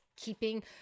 keeping